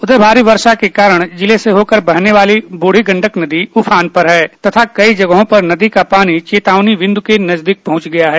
उधर भारी वर्षा के कारण जिले से होकर बहने वाली ब्रढी गंडक नदी ऊफान पर है और कई जगहों पर नदी का पानी चेतावनी बिन्दु के नजदीक पहुंच गया है